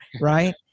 Right